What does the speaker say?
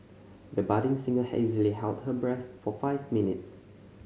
the budding singer easily held her breath for five minutes